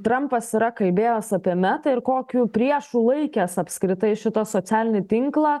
trampas yra kalbėjęs apie meta ir kokiu priešu laikęs apskritai šitą socialinį tinklą